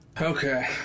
Okay